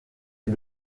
est